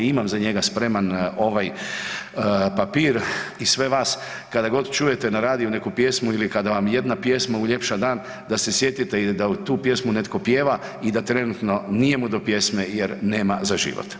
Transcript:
Imam za njega spreman ovaj papir i sve vas kada god čujete na radiju neku pjesmu ili kada vam jedna pjesma uljepša dan da se sjetite da tu pjesmu netko pjeva i trenutno nije mu do pjesme jer nema za život.